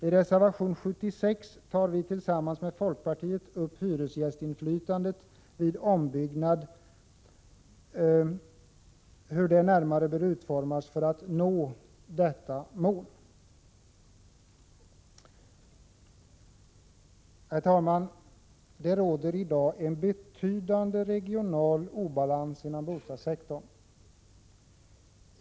I reservation 76 tar vi tillsammans med folkpartiet upp hur hyresgästinflytan — Prot. 1986/87:123 det vid ombyggnad närmare bör utformas för att detta mål skall uppnås. 14 maj 1987 Herr talman! Det råder i dag en betydande regional obalans inom bostadssektorn.